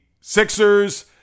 Sixers